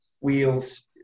wheels